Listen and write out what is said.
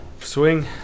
swing